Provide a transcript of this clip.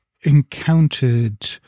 encountered